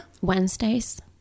Wednesdays